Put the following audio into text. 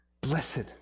Blessed